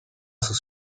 sus